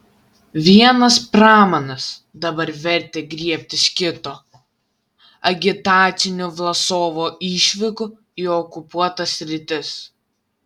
vienas pramanas dabar vertė griebtis kito agitacinių vlasovo išvykų į okupuotas sritis